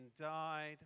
died